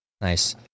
Nice